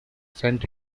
sent